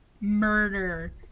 Murder